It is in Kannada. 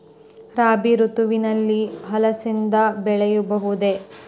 ರಾಭಿ ಋತುವಿನಲ್ಲಿ ಅಲಸಂದಿ ಬೆಳೆಯಬಹುದೆ?